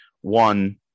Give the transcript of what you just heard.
one